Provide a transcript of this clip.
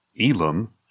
Elam